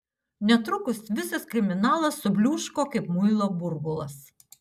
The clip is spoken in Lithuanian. netrukus visas kriminalas subliūško kaip muilo burbulas